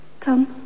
Come